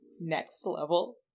next-level